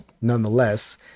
nonetheless